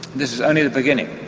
this is only the beginning.